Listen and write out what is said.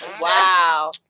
Wow